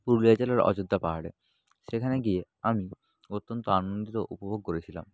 পুরুলিয়া জেলার অযোধ্যা পাহাড়ে সেখানে গিয়ে আমি অত্যন্ত আনন্দিত উপভোগ করেছিলাম